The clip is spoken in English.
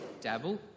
dabble